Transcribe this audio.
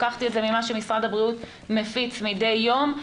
לקחתי אותם ממה שמשרד הבריאות מפיץ מדי יום.